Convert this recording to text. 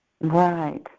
Right